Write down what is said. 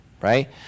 Right